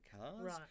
cars